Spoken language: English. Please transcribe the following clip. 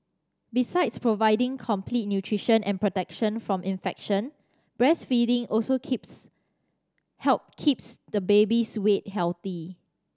besides providing complete nutrition and protection from infection breastfeeding also keeps help keeps the baby's weight healthy